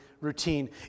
routine